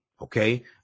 Okay